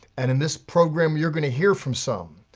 and in this program you're going to hear from some.